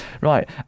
right